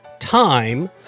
Time